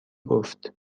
گفت